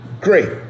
great